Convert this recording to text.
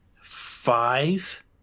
five